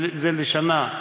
זה לשנה.